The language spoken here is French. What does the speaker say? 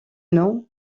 nom